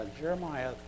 Jeremiah